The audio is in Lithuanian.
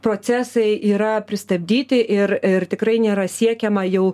procesai yra pristabdyti ir ir tikrai nėra siekiama jau